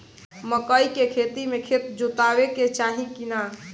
मकई के खेती मे खेत जोतावे के चाही किना?